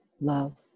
love